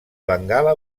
bengala